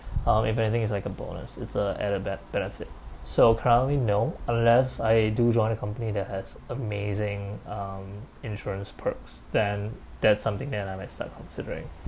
um if anything it's like a bonus it's a at the back benefit so currently no unless I do join a company that has amazing um insurance perks then that's something that I might start considering